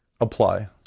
apply